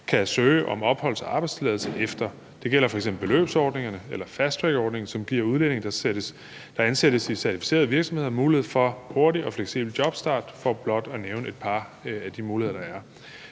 kan søge om opholds- og arbejdstilladelse efter. Det gælder f.eks. beløbsordningerne eller fasttrackordningen, som giver udlændinge, der ansættes i certificerede virksomheder, mulighed for hurtig og fleksibel jobstart, for blot at nævne et par af de muligheder, der er.